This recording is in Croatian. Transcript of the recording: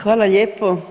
Hvala lijepo.